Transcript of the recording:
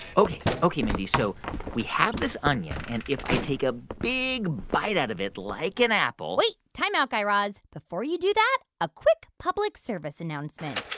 ok, mindy, so we have this onion, and if i take a big bite out of it like an apple. wait, timeout, guy raz. before you do that, a quick public service announcement.